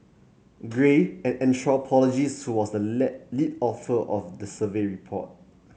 gray an anthropologist who was the led lead author of the survey report